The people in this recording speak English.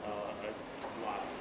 uh un~ zhua